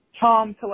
tom